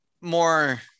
more